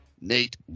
Nate